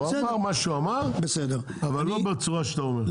הוא אמר מה שהוא אמר אבל לא בצורה שאתה אומר.